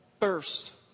first